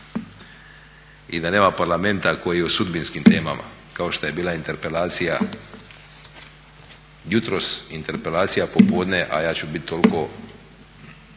i da nema parlamenta koji o sudbinskim temama kao što je bila interpelacija jutros i interpelacija popodne a ja ću biti toliko